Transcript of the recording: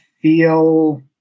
feel